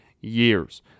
years